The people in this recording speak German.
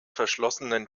verschlossenen